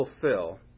fulfill